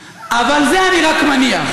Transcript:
אבל את זה אני רק מניח.